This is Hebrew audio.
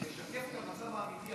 לשקף את המצב האמיתי היום.